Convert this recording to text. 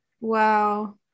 Wow